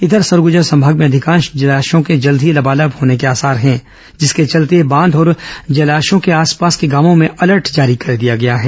इधर सरगुजा संभाग में अधिकांश जलाशयों के जल्द ही लबालब होने के आसार हैं जिसके चलते बांध और जलाशयों के आसपास के गांवों में अलर्ट जारी कर दिया गया है